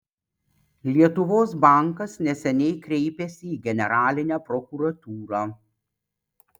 lietuvos bankas neseniai kreipėsi į generalinę prokuratūrą